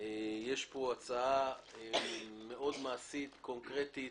יש פה הצעה מאוד מעשית, קונקרטית,